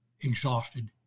exhausted